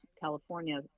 California